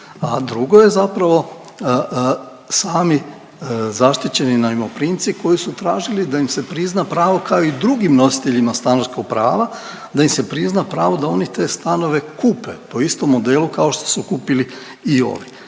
drugo je zapravo sami zaštićeni najmoprimci koji su tražili da im se prizna pravo kao i drugim nositeljima stanarskog prava, da im se prizna pravo da oni te stanove kupe po istom modelu kao što su kupili i ovi.